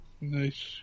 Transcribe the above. Nice